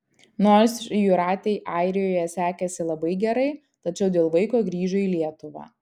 nors jūratei airijoje sekėsi labai gerai tačiau dėl vaiko grįžo į lietuvą